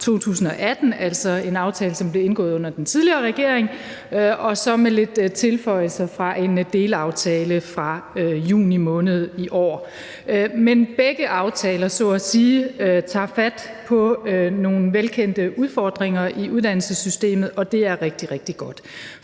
2018, altså en aftale, som blev indgået under den tidligere regering, og med lidt tilføjelser af en delaftale fra juni måned i år. Begge aftaler tager så at sige fat på nogle velkendte udfordringer i uddannelsessystemet, og det er rigtig, rigtig godt.